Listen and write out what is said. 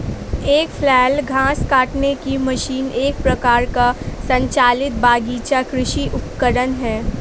एक फ्लैल घास काटने की मशीन एक प्रकार का संचालित बगीचा कृषि उपकरण है